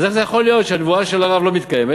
אז איך זה יכול להיות שהנבואה של הרב לא מתקיימת